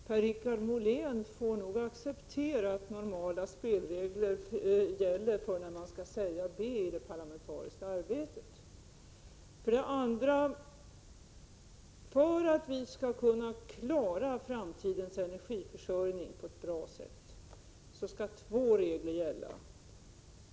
Fru talman! Per-Richard Molén får nog acceptera att normala spelregler gäller för när man skall säga B i det parlamentariska arbetet. För att vi i Sverige skall kunna klara framtidens energiförsörjning på ett bra sätt skall två regler gälla.